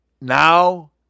now